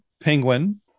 Penguin